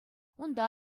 унта